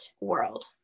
world